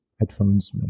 headphones